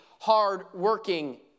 hard-working